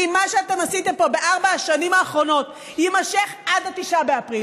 ואם מה שאתם עשיתם פה בארבע השנים האחרונות ימשך עד 9 באפריל,